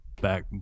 Back